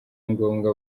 ngombwa